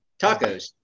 Tacos